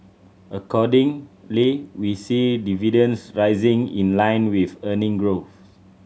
accordingly we see dividends rising in line with earning growth